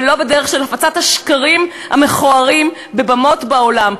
ולא בדרך של הפצת השקרים המכוערים בבמות בעולם.